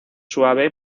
suave